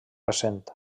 recent